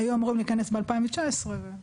היו אמורים להיכנס ב-2019 ואז --- כן.